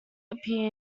appear